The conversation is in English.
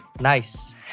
Nice